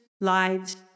lives